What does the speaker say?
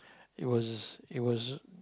it was it was